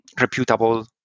reputable